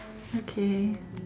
okay